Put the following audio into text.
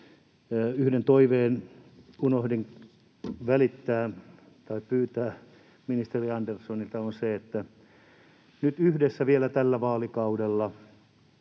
Yhden toiveen unohdin välittää ministeri Anderssonille, pyytää häneltä, ja se on se, että nyt yhdessä vielä tällä vaalikaudella